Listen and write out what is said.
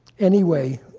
anyway,